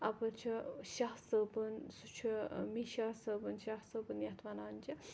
اَپٲرۍ چھُ شاہ صٲبُن سُہ چھُ میٖشاہ صٲبُن شاہ صٲبُن یَتھ وَنان چھِ